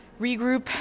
regroup